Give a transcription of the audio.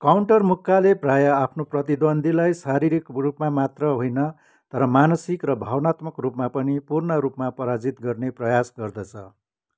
counter मुक्काले प्रायः आफ्नो प्रतिद्वन्द्वीलाई शारीरिक रूपमा मात्र होइन तर मानसिक र भावनात्मक रूपमा पनि पूर्ण रूपमा पराजित गर्ने प्रयास गर्दछ